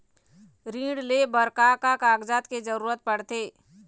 ऋण ले बर का का कागजात के जरूरत पड़थे?